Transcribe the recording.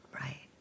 Right